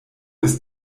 ist